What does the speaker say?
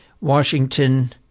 Washington